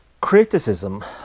Criticism